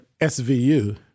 SVU